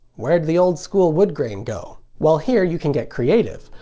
where'd the old-school wood grain go? well, here you can get creative.